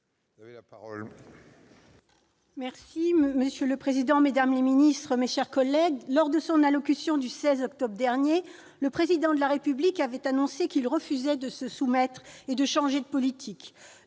Cohen. Monsieur le président, mesdames, monsieur les ministres, mes chers collègues, lors de son allocution du 16 octobre dernier, le Président de la République avait annoncé qu'il refusait de se soumettre et de changer de politique.